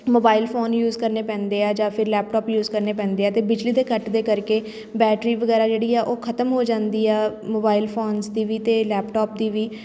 mobile phone use ਕਰਨੇ ਪੈਂਦੇ ਆ ਜਾਂ ਫਿਰ ਲੈਪਟੋਪ ਯੂਜ਼ ਕਰਨੇ ਪੈਂਦੇ ਆ ਅਤੇ ਬਿਜਲੀ ਦੇ ਕੱਟ ਦੇ ਕਰਕੇ ਬੈਟਰੀ ਵਗੈਰਾ ਜਿਹੜੀ ਆ ਉਹ ਖਤਮ ਹੋ ਜਾਂਦੀ ਆ ਮੋਬਾਇਲ ਫੋਨਸ ਦੀ ਵੀ ਅਤੇ ਲੈਪਟੋਪ ਦੀ ਵੀ